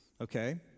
Okay